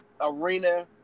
arena